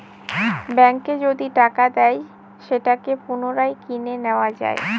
ব্যাঙ্কে যদি টাকা দেয় সেটাকে পুনরায় কিনে নেত্তয়া যায়